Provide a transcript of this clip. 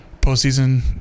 postseason